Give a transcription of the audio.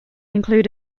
include